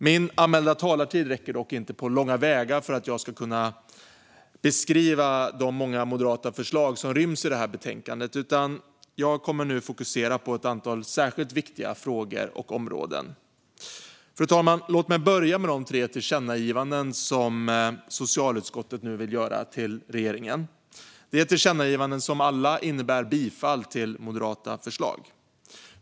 Min anmälda talartid räcker dock inte på långa vägar till för att jag ska kunna beskriva de många moderata förslag som ryms i betänkandet, utan jag kommer nu att fokusera på ett antal särskilt viktiga frågor och områden. Fru talman! Låg mig börja med de tre tillkännagivanden till regeringen som socialutskottet nu föreslår. Det är tillkännagivanden som alla innebär bifall till moderata förslag.